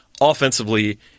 offensively